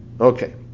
Okay